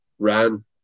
Ran